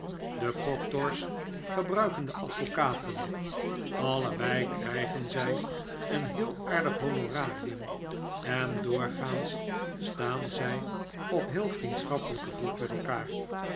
de proctors gebruiken de advocaten allebei krijgen zij een heel aardig honorarium en doorgaans staan zij op heel vriendschappelijken voet met elkaar